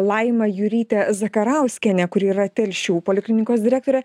laimą jurytę zakarauskienę kuri yra telšių poliklinikos direktorė